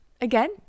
Again